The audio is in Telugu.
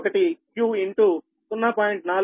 001 q ఇన్ టూ 0